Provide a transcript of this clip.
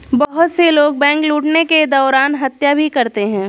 बहुत से लोग बैंक लूटने के दौरान हत्या भी करते हैं